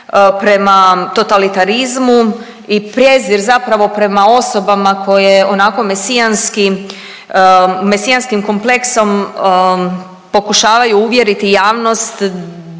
prema totalitarizmu i prijezir zapravo prema osobama koje onako Mesijanski, Mesijanskim kompleksom pokušavaju uvjeriti javnost